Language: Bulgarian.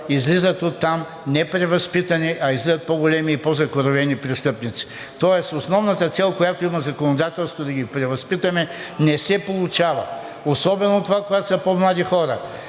излизат оттам не превъзпитани, а излизат по-големи и по-закоравели престъпници. Тоест основната цел, която има законодателството да ги превъзпитаме, не се получава особено когато са по-млади хора,